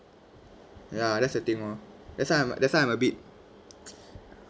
ya that's the thing orh that's why that's why I'm bit